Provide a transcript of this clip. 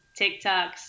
tiktoks